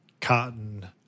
cotton